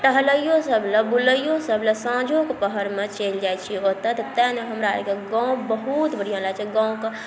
टहलैओ सबलए बुलैओ सबलए साँझोके पहरमे चलि जाइ छिए ओतऽ तेँ हमरा आरके गाँव बहुत बढ़िआँ लागै छै गाँवके